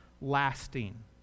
lasting